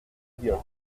gueule